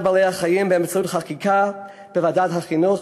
בעלי-החיים באמצעות חקיקה בוועדת החינוך